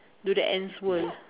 to the ants world